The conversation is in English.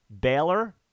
Baylor